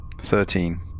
Thirteen